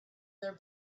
their